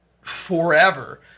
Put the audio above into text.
forever